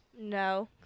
no